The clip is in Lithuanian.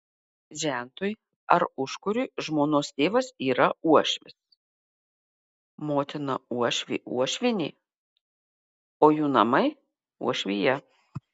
žentui ar užkuriui žmonos tėvas yra uošvis motina uošvė uošvienė o jų namai uošvija